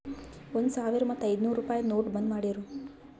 ಒಂದ್ ಸಾವಿರ ಮತ್ತ ಐಯ್ದನೂರ್ ರುಪಾಯಿದು ನೋಟ್ ಬಂದ್ ಮಾಡಿರೂ